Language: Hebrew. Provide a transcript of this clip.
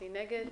מי נגד?